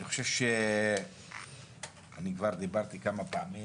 אני חושב שכבר דיברתי כמה פעמים,